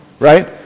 right